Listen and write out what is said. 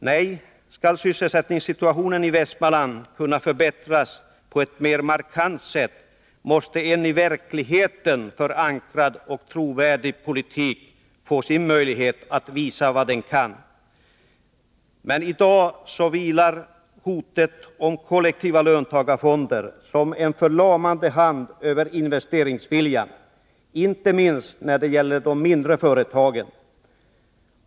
Nej, skall sysselsättningssituationen i Västmanland kunna förbättras på ett mer markant sätt måste en i verkligheten förankrad och trovärdig politik få sin möjlighet att visa vad den kan. Men i dag vilar hotet om kollektiva löntagarfonder som en förlamande hand över investeringsviljan, inte minst när det gäller de mindre företagen.